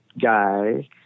guy